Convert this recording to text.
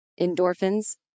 endorphins